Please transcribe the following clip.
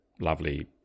lovely